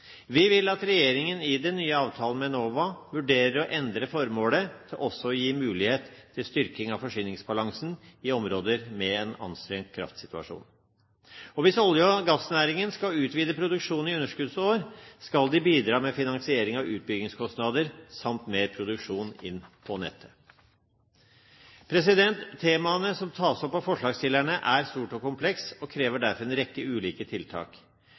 Vi vil at regjeringen i den nye avtalen med Enova vurderer å endre formålet til også å gi mulighet til styrking av forsyningsbalansen i områder med en anstrengt kraftsituasjon. Hvis olje- og gassnæringen skal utvide produksjonen i underskuddsår, skal de bidra med finansiering av utbyggingskostnader samt mer produksjon inn på nettet. Temaet som tas opp av forslagsstillerne, er stort og komplekst og krever derfor en rekke ulike tiltak.